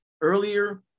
earlier